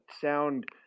sound